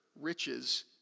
riches